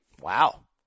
Wow